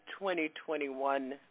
2021